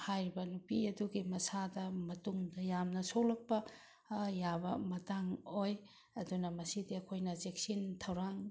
ꯍꯥꯏꯔꯤꯕ ꯅꯨꯄꯤ ꯑꯗꯨꯒꯤ ꯃꯁꯥꯗ ꯃꯇꯨꯡꯗ ꯌꯥꯝꯅ ꯁꯣꯛꯂꯛꯄ ꯌꯥꯕ ꯃꯇꯥꯡ ꯑꯣꯏ ꯑꯗꯨꯅ ꯃꯁꯤꯗꯤ ꯑꯩꯈꯣꯏꯅ ꯆꯦꯛꯁꯤꯟ ꯊꯧꯔꯥꯡ